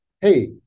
hey